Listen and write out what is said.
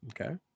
Okay